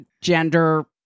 gender